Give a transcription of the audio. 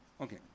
Okay